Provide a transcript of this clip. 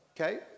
Okay